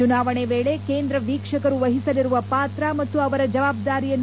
ಚುನಾವಣೆ ವೇಳೆ ಕೇಂದ್ರ ವೀಕ್ಷಕರು ವಹಿಸಲಿರುವ ಪಾತ್ರ ಮತ್ತು ಅವರ ಜವಾಬ್ದಾರಿಯನ್ನು